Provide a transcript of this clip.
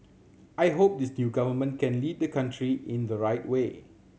I hope this new government can lead the country in the right way